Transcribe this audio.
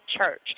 Church